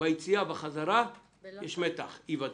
ביציאה ובחזרה יש מתח, אי ודאות.